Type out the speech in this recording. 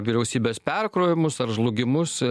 vyriausybės perkrovimus ar žlugimus